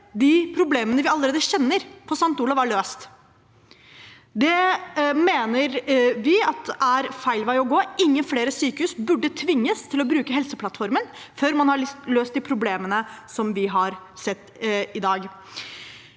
de problemene vi allerede kjenner fra St. Olavs, er løst. Det mener vi er feil vei å gå. Ingen flere sykehus burde tvinges til å bruke Helseplattformen før man har løst de problemene vi har sett i dag.